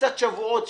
וקצת שבועות.